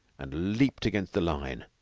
and leaped against the line,